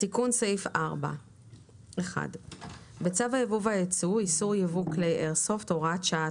תיקון סעיף 4 בצו היבוא והיצוא (איסור ייבוא כלי איירסופט) (הוראת שעה),